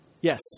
Yes